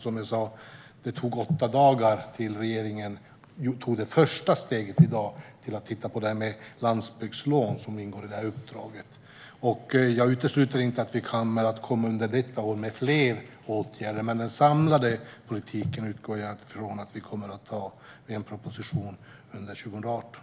Som jag sa tog det åtta dagar för regeringen för att i dag ta det första steget till att titta på det här med landsbygdslån, som ingår i uppdraget. Jag utesluter inte att vi kommer att komma med fler åtgärder under detta år, men den samlade politiken utgår jag från att vi kommer att ta i en proposition under 2018.